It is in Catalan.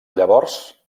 llavors